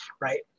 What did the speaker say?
right